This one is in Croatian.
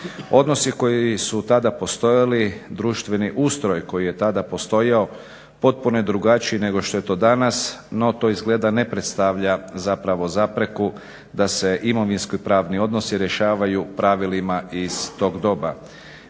Odnosi koji su tada postojali, društveni ustroj koji je tada postojao, potpuno je drugačiji nego što je to danas, no to izgleda ne predstavlja zapravo zapreku da se imovinsko i pravni odnosi rješavaju pravilima iz tog doba.